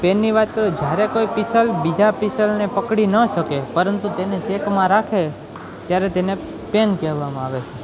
પેનની વાત કરું તો જ્યારે કોઈ પીસલ બીજા પીસલને પકડી ન શકે પરંતુ તેને ચેકમાં રાખે ત્યારે તેને પેન કહેવામાં આવે છે